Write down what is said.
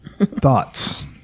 Thoughts